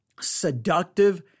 seductive